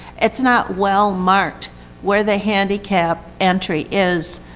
it's not well marked where the handicap entry is.